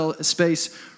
space